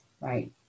right